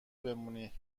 بمونی